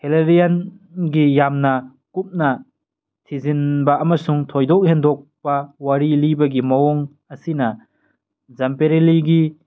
ꯍꯦꯂꯦꯔꯤꯌꯦꯟꯒꯤ ꯌꯥꯝꯅ ꯀꯨꯞꯅ ꯊꯤꯖꯤꯟꯕ ꯑꯃꯁꯨꯡ ꯊꯣꯏꯗꯣꯛ ꯍꯦꯟꯗꯣꯛꯄ ꯋꯥꯔꯤ ꯂꯤꯕꯒꯤ ꯃꯑꯣꯡ ꯑꯁꯤꯅ ꯖꯝꯄꯦꯔꯤꯂꯤꯒꯤ